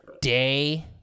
day